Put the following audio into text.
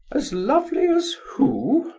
as lovely as who?